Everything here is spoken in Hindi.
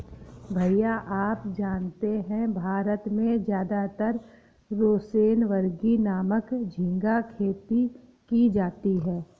भैया आप जानते हैं भारत में ज्यादातर रोसेनबर्गी नामक झिंगा खेती की जाती है